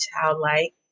childlike